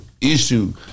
issue